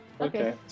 Okay